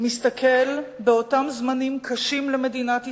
מסתכל באותם זמנים קשים למדינת ישראל,